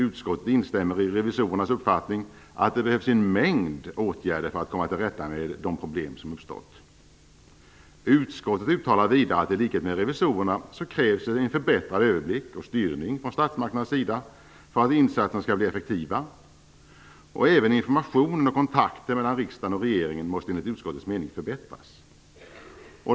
Utskottet instämmer i revisorernas uppfattning att det behövs en mängd åtgärder för att komma till rätta med de problem som uppstått. Utskottet uttalar vidare i likhet med revisorerna att det krävs en förbättrad överblick och styrning från statsmakternas sida för att insatserna skall bli effektiva, och även information och kontakter mellan riksdagen och regeringen måste enligt utskottets mening förbättras.